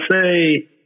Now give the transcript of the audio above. say